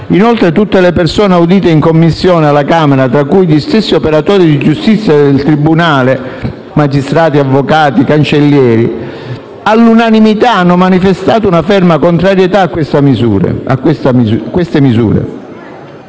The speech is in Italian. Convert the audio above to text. Inoltre, tutte le persone audite in Commissione alla Camera, tra cui gli stessi operatori di giustizia del tribunale - magistrati, avvocati, cancellieri - all'unanimità hanno manifestato una ferma contrarietà a queste misure.